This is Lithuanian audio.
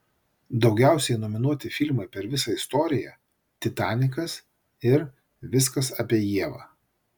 daugiausiai nominuoti filmai per visą istoriją titanikas ir viskas apie ievą